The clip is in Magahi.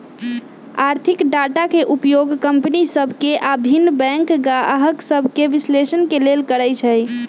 आर्थिक डाटा के उपयोग कंपनि सभ के आऽ भिन्न बैंक गाहक सभके विश्लेषण के लेल करइ छइ